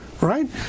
Right